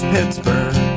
Pittsburgh